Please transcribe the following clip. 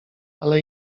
ale